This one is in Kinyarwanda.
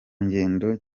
ngendo